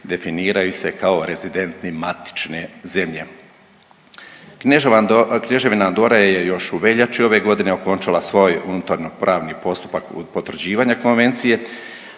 definiraju se kao rezidenti matične zemlje. Kneževina Andora je još u veljači ove godine okončala svoj unutarno pravni postupak potvrđivanja Konvencije,